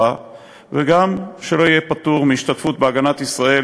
וגם שלא יהיה פטור מהשתתפות בהגנת ישראל.